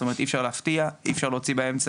זאת אומרת שאי אפשר להפתיע ואי אפשר להוציא באמצע,